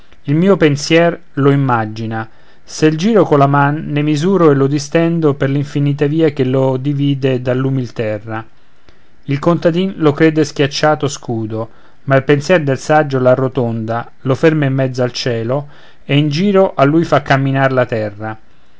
il mio pensier lo immagina se il giro colla man ne misuro e lo distendo per l'infinita via che lo divide dall'umil terra il contadin lo crede schiacciato scudo ma il pensier del saggio l'arrotonda lo ferma in mezzo al cielo e in giro a lui fa camminar la terra